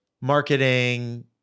marketing